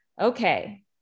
okay